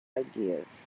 ideas